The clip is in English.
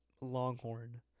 longhorn